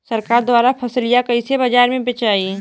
सरकार द्वारा फसलिया कईसे बाजार में बेचाई?